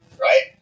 Right